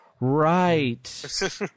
Right